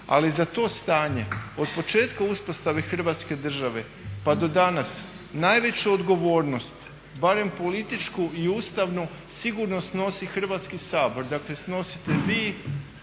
Ali za to stanje od početka uspostave Hrvatske države pa do danas najveću odgovornost barem političku i ustavnu sigurno snosi Hrvatski sabor, dakle snosite vi,